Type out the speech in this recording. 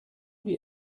die